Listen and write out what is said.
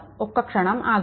ఒక్క క్షణం ఆగండి